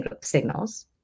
signals